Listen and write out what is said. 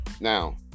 Now